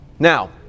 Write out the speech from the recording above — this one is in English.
Now